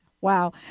Wow